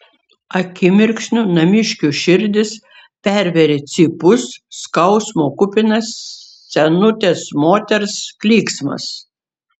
akimirksniu namiškių širdis pervėrė cypus skausmo kupinas senutės moters klyksmas